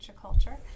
culture